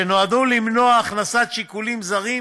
כדי למנוע הכנסת שיקולים זרים